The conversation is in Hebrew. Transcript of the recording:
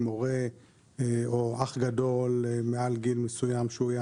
עם הורה או עם אח גדול מעל גיל מסוים שהוא יהיה